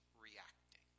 reacting